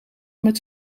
met